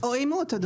או אימות.